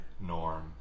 norm